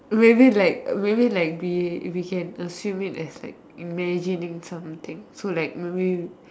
maybe like maybe like we we can assume it as like imagining something so like maybe